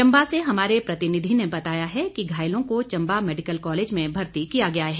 चंबा से हमारे प्रतिनिधि ने बताया है कि घायलों को चम्बा मेडिकल कॉलेज में भर्ती किया गया है